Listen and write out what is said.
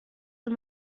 dem